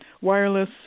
wireless